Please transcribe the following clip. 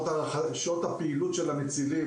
שעות הפעילות של המצילים,